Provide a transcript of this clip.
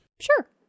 Sure